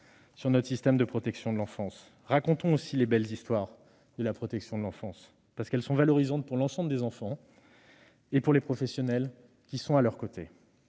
discours exclusivement négatifs. Racontons aussi les belles histoires de la protection de l'enfance, parce qu'elles sont valorisantes pour l'ensemble des enfants et pour les professionnels qui sont à leurs côtés.